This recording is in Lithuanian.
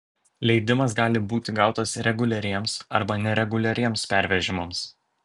leidimas gali būti gautas reguliariems arba nereguliariems pervežimams